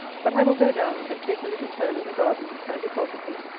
but i will go down, and take a little turn in the garden and deposit this,